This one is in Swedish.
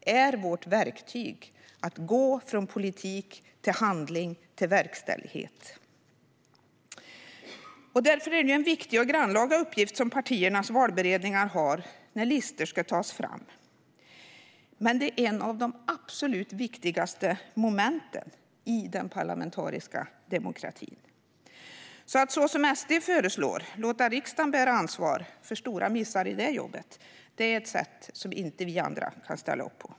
Den är vårt verktyg för att gå från politik till handling och verkställighet. Därför är det en viktig och grannlaga uppgift som partiernas valberedningar har när listor ska tas fram. Det är ett av de absolut viktigaste momenten i den parlamentariska demokratin. Att som SD föreslår låta riksdagen bära ansvar för stora missar i det jobbet är därför något vi andra inte kan ställa upp på.